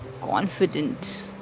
confident